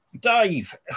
Dave